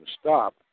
stop